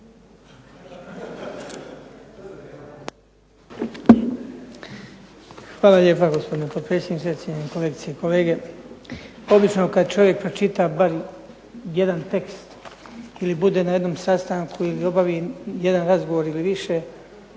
Hvala lijepa gospodine potpredsjedniče, cijenjeni kolegice i kolege. Obično kad čovjek pročita bar jedan tekst ili bude na jednom sastanku ili obavi jedan razgovor ili više